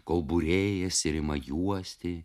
kauburėjas ir ima juosti